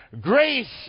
Grace